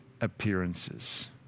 appearances